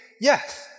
Yes